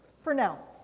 for now.